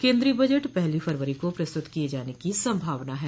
केंद्रीय बजट पहली फरवरी को प्रस्तुत किए जाने की संभावना है